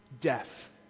death